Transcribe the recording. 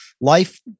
life